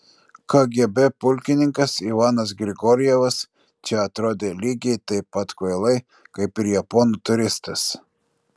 kgb pulkininkas ivanas grigorjevas čia atrodė lygiai taip pat kvailai kaip ir japonų turistas